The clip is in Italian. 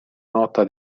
nota